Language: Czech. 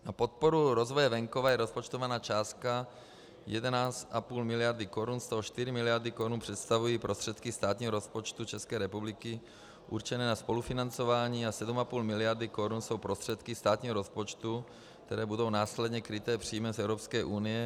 Na podporu rozvoje venkova je rozpočtovaná částka 11,5 miliardy korun, z toho 4 miliardy korun představují prostředky státního rozpočtu České republiky určené na spolufinancování a 7,5 miliardy korun jsou prostředky státního rozpočtu, které budou následně kryté příjmy z Evropské unie.